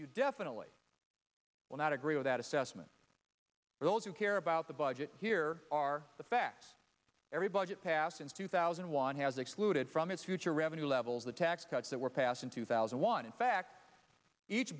you definitely will not agree with that assessment but those who care about the budget here are the facts every budget passed since two thousand and one has excluded from its future revenue levels the tax cuts that were passed in two thousand and one in fact each